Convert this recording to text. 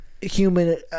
Human